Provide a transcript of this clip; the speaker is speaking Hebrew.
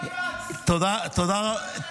השר חיים כץ, אתה שליח של הדבר הזה?